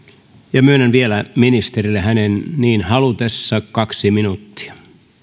myönnän vielä ministerille hänen niin halutessaan kaksi minuuttia